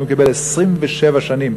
הוא קיבל 27 שנים,